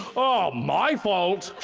ah my fault!